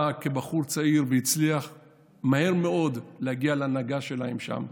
בא כבחור צעיר והצליח מהר מאוד להגיע להנהגה שלהם שם,